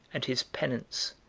and his penance,